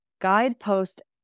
guidepost